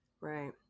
Right